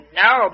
no